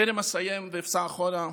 טרם אסיים ואפסע אחורה,